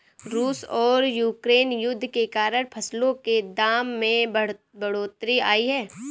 रूस और यूक्रेन युद्ध के कारण फसलों के दाम में बढ़ोतरी आई है